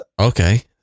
Okay